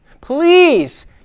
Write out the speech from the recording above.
please